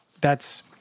that's-